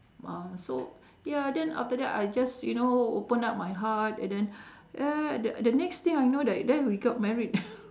ah so ya then after that I just you know open up my heart and then ya th~ the next thing I know that then we got married